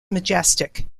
majestic